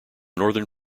northern